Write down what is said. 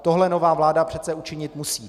Tohle nová vláda přece učinit musí.